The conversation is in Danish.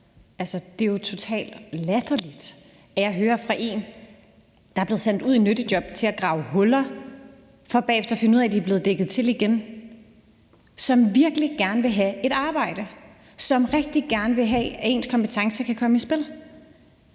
det er jo totalt latterligt, når jeg hører om en, der er blevet sendt ud i et nyttejob for at grave huller for bagefter at finde ud af, at de er blevet dækket til igen, altså en, som virkelig gerne vil have et arbejde, og som rigtig gerne vil have, at ens kompetencer kan komme i spil.